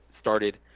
started